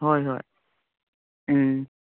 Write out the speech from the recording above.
ꯍꯣꯏ ꯍꯣꯏ ꯎꯝ